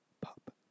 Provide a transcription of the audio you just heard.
Pop